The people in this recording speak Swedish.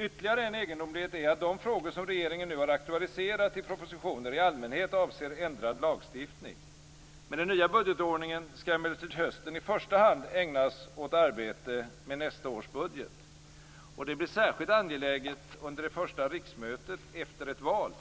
Ytterligare en egendomlighet är att de frågor som regeringen nu har aktualiserat i propositioner i allmänhet avser ändrad lagstiftning. Med den nya budgetordningen skall emellertid hösten i första hand ägnas åt arbete med nästa års budget. Detta blir särskilt angeläget under det första riksmötet efter ett val,